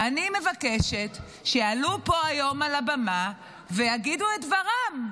אני מבקשת שיעלו לפה היום על הבמה ויגידו את דברם.